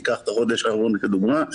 ניקח את החודש האחרון כדוגמה,